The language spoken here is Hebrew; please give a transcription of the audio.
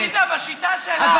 עליזה, בשיטה שלך,